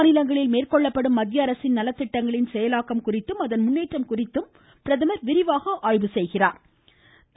மாநிலங்களில் மேற்கொள்ளப்படும் மத்திய அரசின் நலத்திட்டங்களின் செயலாக்கம் குறித்தும் அதன் முன்னேற்றம் பற்றியும் பிரதமர் விரிவாக ஆய்வு செய்ய உள்ளா்